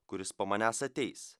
kuris po manęs ateis